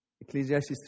Ecclesiastes